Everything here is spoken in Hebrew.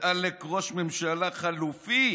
עלק ראש ממשלה חלופי.